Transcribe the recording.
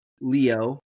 Leo